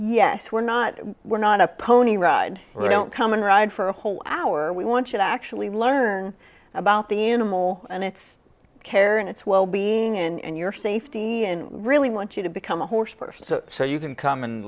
yes we're not we're not a pony ride don't come and ride for a whole hour we want you to actually learn about the animal and its care and its wellbeing and your safety and really want you to become a horse person so you can come and